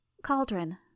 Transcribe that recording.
Cauldron